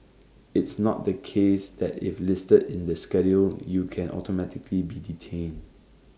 it's not the case that if listed in the schedule you can automatically be detained